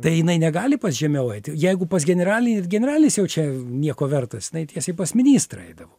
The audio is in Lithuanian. tai jinai negali pas žemiau eit jeigu pas generalinį ir generalinis jau čia nieko vertas jinai tiesiai pas ministrą eidavo